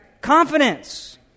Confidence